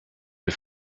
the